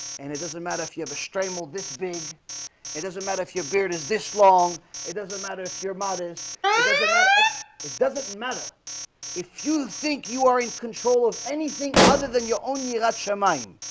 and it doesn't matter if you have a stream of this big it doesn't matter if your beard is this long it doesn't matter if you're modest it doesn't matter it it doesn't matter if you think you are in control of anything other than your only luck charm. i'm